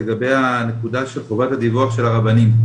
לגבי הנקודה של חובת הדיווח של הרבנים.